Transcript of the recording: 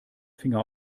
finger